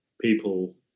people